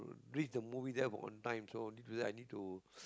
uh reach the movie there on time so need to do that I need to